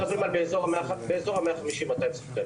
אנחנו מדברים על 150-200 שחקנים.